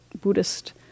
Buddhist